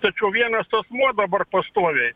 tačiau vienas asmuo dabar pastoviai